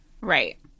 Right